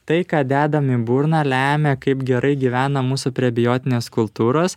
tai ką dedam į burną lemia kaip gerai gyvena mūsų prebiotinės kultūros